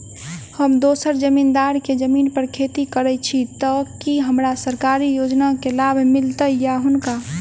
हम दोसर जमींदार केँ जमीन पर खेती करै छी तऽ की हमरा सरकारी योजना केँ लाभ मीलतय या हुनका?